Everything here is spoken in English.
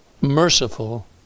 merciful